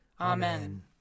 Amen